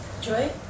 joy